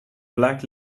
black